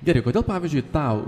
gerai kodėl pavyzdžiui tau